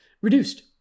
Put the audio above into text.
Reduced